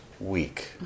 week